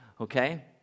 okay